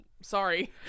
Sorry